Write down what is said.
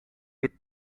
with